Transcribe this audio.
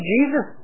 Jesus